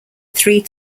three